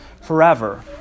forever